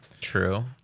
True